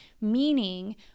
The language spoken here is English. meaning